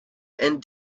and